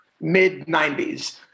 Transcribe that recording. mid-90s